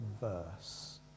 verse